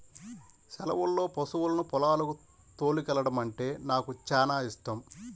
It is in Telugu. సెలవుల్లో పశువులను పొలాలకు తోలుకెల్లడమంటే నాకు చానా యిష్టం